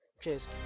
Cheers